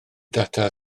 data